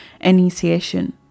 initiation